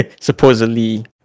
supposedly